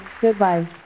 goodbye